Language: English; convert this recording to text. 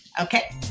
Okay